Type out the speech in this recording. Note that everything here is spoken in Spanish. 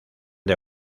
del